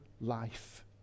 life